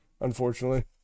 Unfortunately